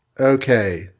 Okay